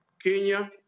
Kenya